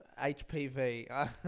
HPV